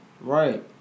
Right